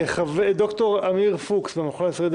(היו"ר איתן גינזבורג, 11:03) תודה רבה.